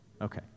Okay